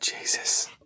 jesus